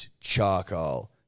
charcoal